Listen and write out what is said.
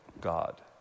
God